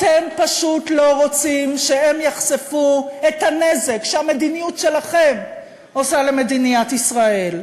אתם פשוט לא רוצים שהם יחשפו את הנזק שהמדיניות שלכם עושה למדינת ישראל,